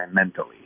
mentally